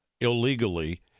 illegally